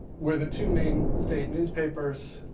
were the two main state newspapers.